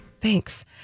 Thanks